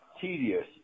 tedious